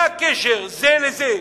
מה הקשר זה לזה?